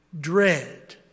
dread